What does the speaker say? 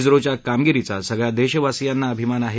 स्त्रोच्या कामगिरीचा सगळ्या देशवासीयांना अभिमान आहे